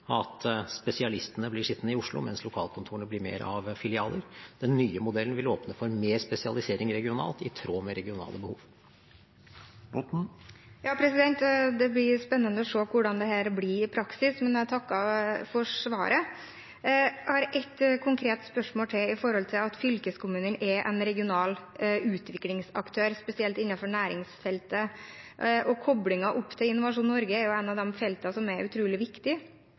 at spesialistene blir sittende i Oslo, mens lokalkontorene blir mer av filialer. Den nye modellen vil åpne for mer spesialisering regionalt i tråd med regionale behov. Det blir spennende å se hvordan dette blir i praksis, men jeg takker for svaret. Jeg har ett konkret spørsmål til – om det at fylkeskommunen er en regional utviklingsaktør, spesielt innenfor næringsfeltet. Koblingen til Innovasjon Norge er et av de feltene som er utrolig viktig